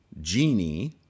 genie